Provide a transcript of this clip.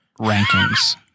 rankings